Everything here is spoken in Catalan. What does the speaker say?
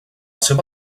seva